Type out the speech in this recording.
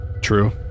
True